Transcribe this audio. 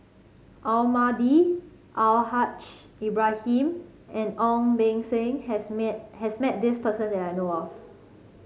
Almahdi Al Haj Ibrahim and Ong Beng Seng has has met this person that I know of